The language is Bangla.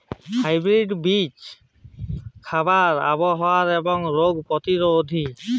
হাইব্রিড বীজ খারাপ আবহাওয়া এবং রোগে প্রতিরোধী